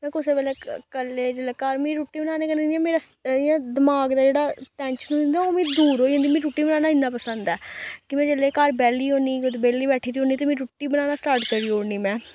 में कुसै बेल्लै कल्लै जेल्लै घर मी रुट्टी बनाने कन्नै इ'यां मेरा इ'यां दिमाग दा जेह्ड़ा टैंशन होंदा ओह् मी दूर होई जंदी मी रुट्टी बनाना इन्ना पसंद ऐ कि में जेल्लै घर बेह्ल्ली होन्नी कुतै बेह्ल्ली बैठी दी होन्नी ते में रुट्टी बनाना स्टार्ट करी ओड़नी में